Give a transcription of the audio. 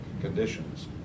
conditions